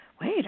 wait